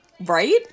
Right